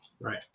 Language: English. right